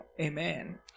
Amen